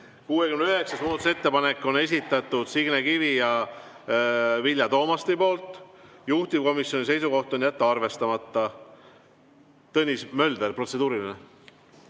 69. muudatusettepaneku on esitanud Signe Kivi ja Vilja Toomast, juhtivkomisjoni seisukoht on jätta see arvestamata. Tõnis Mölderil on protseduuriline.